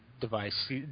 device